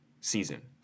season